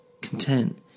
Content